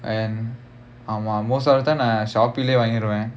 and ஆமா:aamaa most of the time shopee லேயே வாங்கிடுவான்:layae vaangiduvaan